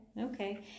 okay